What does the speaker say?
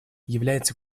является